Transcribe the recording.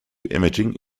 imaging